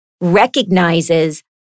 recognizes